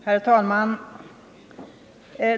Herr talman!